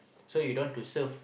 so you don't have to serve